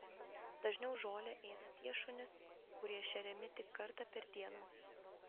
dažniau žolę ėda tie šunys kurie šeriami tik kartą per dieną